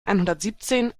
einhundertsiebzehn